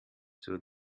zur